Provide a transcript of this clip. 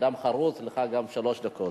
אדם חרוץ, גם לך שלוש דקות.